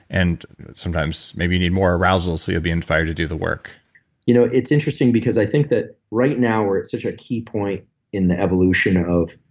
and sometimes maybe you need more arousals so you'll be on fire to do the work you know, it's interesting because i think that right now, we're at such a key point in the evolution of,